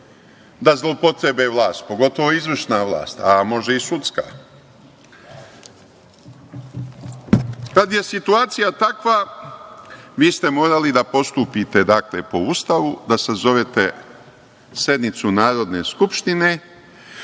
da zloupotrebe vlast, pogotovo izvršna vlast, a možda i sudska. Kad je situacija takva, vi ste morali da postupite dakle, po Ustavu, da sazovete sednicu Narodne skupštine,